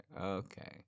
okay